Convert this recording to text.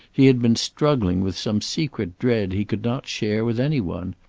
he had been struggling with some secret dread he could not share with any one.